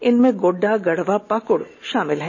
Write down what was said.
इनमें गोड्डा गढ़वा पाकुड़ आदि शामिल हैं